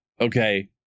okay